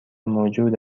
موجود